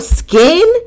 skin